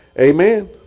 Amen